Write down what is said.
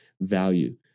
value